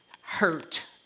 hurt